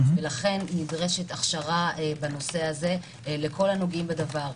לכן נדרשת הכשרה בנושא הזה לכל הנוגעים בדבר,